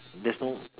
there's no